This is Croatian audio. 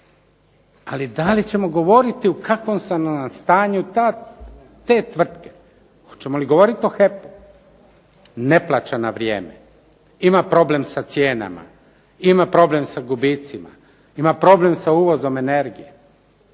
Ali da li ćemo govoriti u kakvom su nam stanju te tvrtke? Hoćemo li govorit o HEP-u? Ne plaća na vrijeme, ima problem sa cijenama, ima problem sa gubicima, ima problem sa uvozom energije.